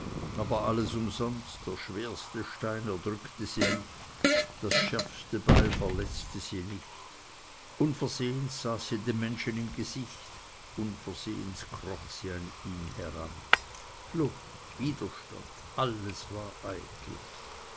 aber alles umsonst der schwerste stein erdrückte sie nicht das schärfste beil verletzte sie nicht unversehens saß sie dem menschen im gesicht unversehrt kroch sie an ihn heran flucht widerstand alles war eitel